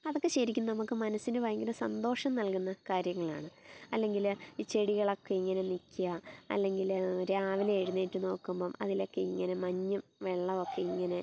അതൊക്കെ ശരിക്കും നമുക്ക് മനസ്സിന് ഭയങ്കര സന്തോഷം നൽകുന്ന കാര്യങ്ങളാണ് അല്ലെങ്കിൽ ഈ ചെടികളൊക്കെ ഇങ്ങനെ നിൽക്കുക അല്ലെങ്കിൽ രാവിലെ എഴുന്നേറ്റ് നോക്കുമ്പം അതിലക്കെ ഇങ്ങനെ മഞ്ഞും വെള്ളമൊക്കെ ഇങ്ങനെ